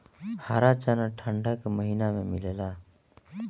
हरा चना ठंडा के महिना में मिलेला